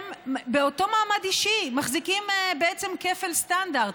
באותו מעמד אישי אתם מחזיקים בעצם כפל סטנדרט,